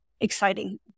exciting